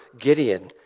Gideon